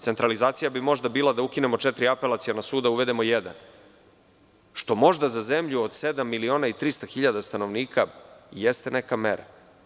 Centralizacija bi možda bila da ukinemo četiri apelaciona suda, a uvedemo jedan, što možda za zemlju od sedam miliona i 300.000 stanovnika jeste neka mera.